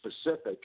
specific